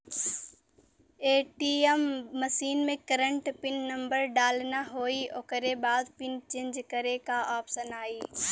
ATM machine में current pin number डालना होई ओकरे बाद पिन चेंज करे क ऑप्शन आई